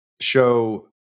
show